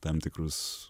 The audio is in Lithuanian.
tam tikrus